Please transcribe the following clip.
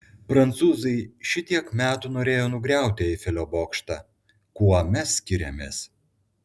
prancūzai šitiek metų norėjo nugriauti eifelio bokštą kuo mes skiriamės